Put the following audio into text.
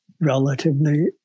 relatively